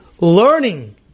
learning